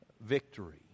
victory